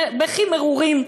בכי מרורים,